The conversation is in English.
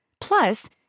Plus